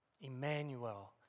Emmanuel